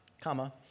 comma